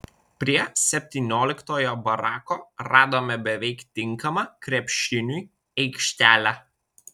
prie septynioliktojo barako radome beveik tinkamą krepšiniui aikštelę